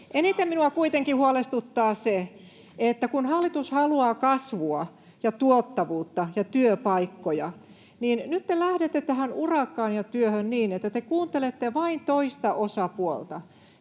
Eniten minua kuitenkin huolestuttaa se, että kun hallitus haluaa kasvua ja tuottavuutta ja työpaikkoja, niin nyt te lähdette tähän urakkaan ja työhön niin, että te kuuntelette vain toista osapuolta.